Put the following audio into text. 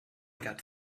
got